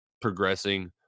progressing